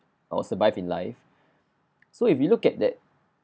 or survive in life so if you look at that